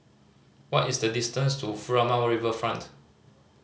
what is the distance to Furama Riverfront